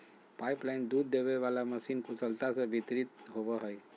pipeline दूध देबे वाला मशीन कुशलता से वितरित होबो हइ